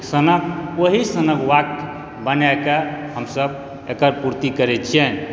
सनक ओहिसनके वाक्य बनाकऽ हमसब एकर पूर्ति करै छिअनि